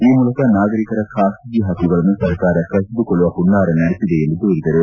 ಈ ಮೂಲಕ ನಾಗರಿಕರ ಖಾಸಗಿ ಹಕ್ಕುಗಳನ್ನು ಸರ್ಕಾರ ಕಸಿದುಕೊಳ್ಳುವ ಹುನ್ನಾರ ನಡೆಸಿದೆ ಎಂದು ದೂರಿದರು